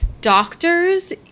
doctors